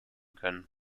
können